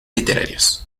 literarios